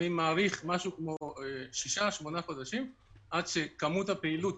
אני מעריך משהו כמו שישה-שמונה חודשים עד שכמות הפעילות